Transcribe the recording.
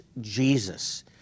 Jesus